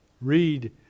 read